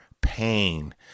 pain